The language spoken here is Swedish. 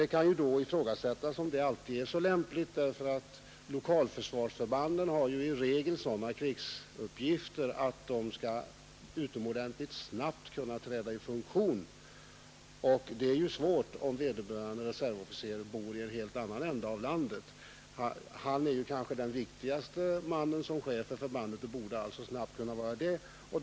Det kan starkt ifrågasättas om detta alltid är så lämpligt! Lokalförsvarsförbanden har ju i regel sådana krigsuppgifter att de utomordentligt snabbt skall kunna träda i funktion, och det är svårt om vederbörande reservofficer bor i en helt annan ända av landet. Han är kanske den viktigaste mannen som chef för förbandet och borde därför snabbt kunna vara på plats.